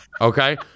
Okay